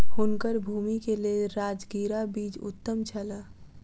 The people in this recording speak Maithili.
हुनकर भूमि के लेल राजगिरा बीज उत्तम छल